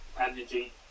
energy